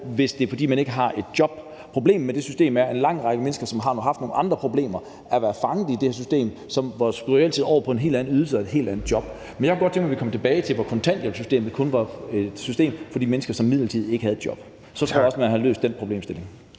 være på, hvis man ikke har et job. Problemet med det system er, at en lang række mennesker, som har haft nogle andre problemer, har været fanget i det her system, og de skulle reelt set over på en helt anden ydelse og i et helt andet job. Men jeg kunne godt tænke mig, at vi kom tilbage til der, hvor kontanthjælpssystemet kun var et system for de mennesker, som midlertidigt ikke havde et job. Så tror jeg også, man havde løst den problemstilling.